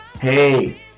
hey